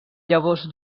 llavors